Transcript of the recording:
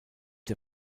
der